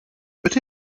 öte